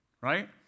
right